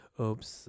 Oops